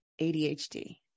ADHD